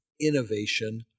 innovation